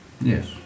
Yes